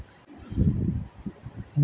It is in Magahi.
मोहित लोनेर बैंकत आवेदन दिले